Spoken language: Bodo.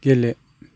गेले